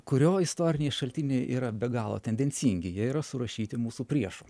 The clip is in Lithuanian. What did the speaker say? kurio istoriniai šaltiniai yra be galo tendencingi jie yra surašyti mūsų priešų